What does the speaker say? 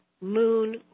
moon